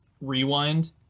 rewind